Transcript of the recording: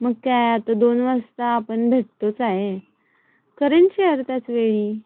मग काय आता दोन वाजता आपण भेटतोच आहे करेन शेअर त्याचवेळी